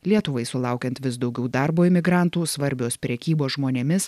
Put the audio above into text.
lietuvai sulaukiant vis daugiau darbo imigrantų svarbios prekybos žmonėmis